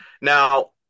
now